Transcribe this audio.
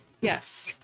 yes